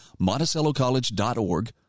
MonticelloCollege.org